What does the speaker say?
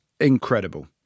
incredible